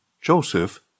Joseph